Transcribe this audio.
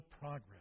progress